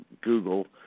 Google